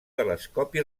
telescopi